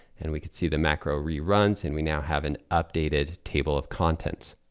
and we can see the macro reruns and we now have an updated table of contents.